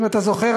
אם אתה זוכר,